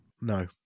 No